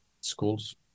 schools